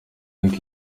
y’uko